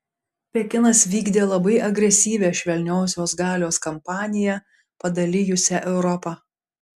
pekinas vykdė labai agresyvią švelniosios galios kampaniją padalijusią europą